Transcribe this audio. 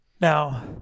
Now